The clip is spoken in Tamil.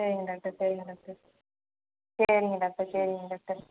சரிங்க டாக்டர் சரிங்க டாக்டர் சரிங்க டாக்டர் சரிங்க டாக்டர்